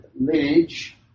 lineage